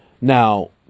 Now